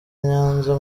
nyanza